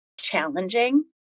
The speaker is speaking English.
challenging